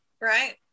right